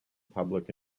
public